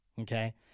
Okay